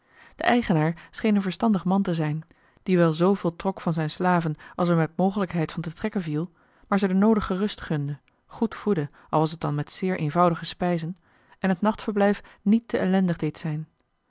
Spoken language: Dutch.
de eigenaar scheen een verstandig man te zijn die wel zooveel trok van zijn slaven als er met mogelijkheid van te trekken viel maar ze de noodige rust gunde goed voedde al was het dan met zeer eenvoudige spijzen en het nachtverblijf niet te ellendig deed zijn